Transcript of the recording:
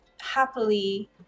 happily